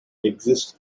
exist